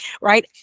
right